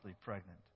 pregnant